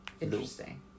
Interesting